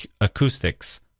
acoustics